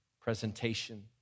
presentation